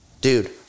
Dude